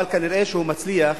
אבל כנראה הוא מצליח